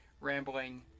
rambling